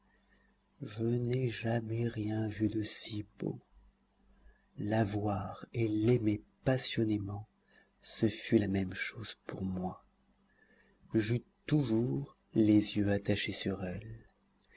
je n'ai jamais rien vu de si beau la voir et l'aimer passionnément ce fut la même chose pour moi j'eus toujours les yeux attachés sur elle